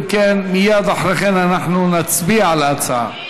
אם כן, מייד אחרי כן אנחנו נצביע על ההצעה.